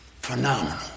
phenomenal